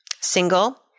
single